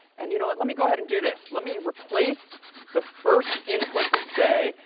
and you know what? let me go ahead and do this. let me replace the first input to say,